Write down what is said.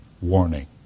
warning